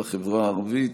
בחברה הערבית.